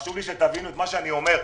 חשוב לי שתבינו מה שאני אומר.